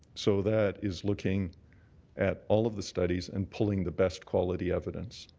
so that is looking at all of the studies and pulling the best quality evidence.